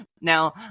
Now